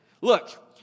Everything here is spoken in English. Look